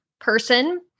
person